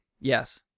Yes